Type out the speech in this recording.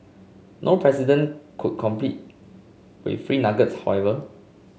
no president could compete with free nuggets however